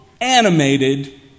animated